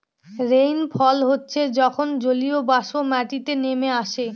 rainfall হচ্ছে যখন জলীয়বাষ্প মাটিতে নেমে আসে